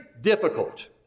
difficult